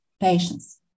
patience